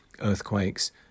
earthquakes